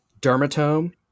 dermatome